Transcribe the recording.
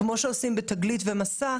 כמו שעושים ב"תגלית" וב"מסע",